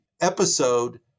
episode